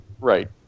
Right